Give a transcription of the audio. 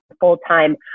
full-time